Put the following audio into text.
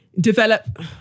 develop